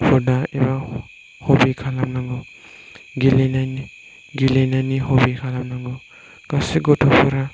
हुदा एबा हबि खालामनांगौ गेलेनायनि गेलेनायनि हबि खालामनांगौ गासै गथ'फोरा